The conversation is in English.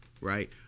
Right